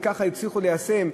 וככה יצליחו ליישם.